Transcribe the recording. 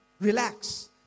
relax